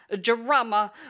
drama